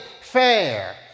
fair